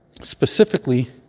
Specifically